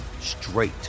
straight